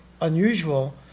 unusual